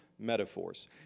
Metaphors